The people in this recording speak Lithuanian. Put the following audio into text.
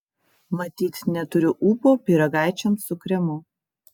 matyt neturiu ūpo pyragaičiams su kremu